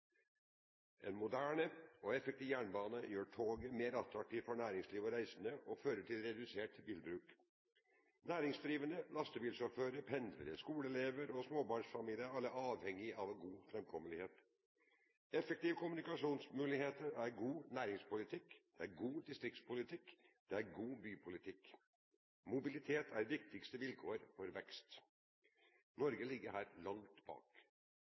En moderne og effektiv jernbane gjør toget mer attraktivt for næringslivet og reisende, og fører til redusert bilbruk. Næringsdrivende lastebilsjåfører, pendlere, skoleelever og småbarnsfamilier er alle avhengige av god framkommelighet. Effektive kommunikasjonsmuligheter er god næringspolitikk, god distriktspolitikk og god bypolitikk. Mobilitet er det viktigste vilkåret for vekst. Norge ligger her langt bak.